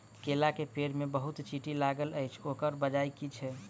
केला केँ पेड़ मे बहुत चींटी लागल अछि, ओकर बजय की छै?